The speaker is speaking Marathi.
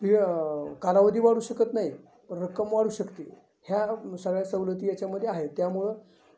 पीळ कालावधी वाढू शकत नाही पण रक्कम वाढू शकते ह्या सगळ्या सवलती याच्यामध्ये आहे त्यामुळं